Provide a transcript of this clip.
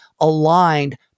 aligned